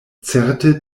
certe